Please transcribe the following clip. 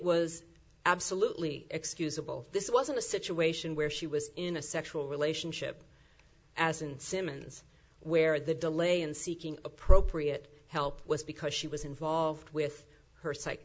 was absolutely excusable this wasn't a situation where she was in a sexual relationship as an symons where the delay in seeking appropriate help was because she was involved with her psych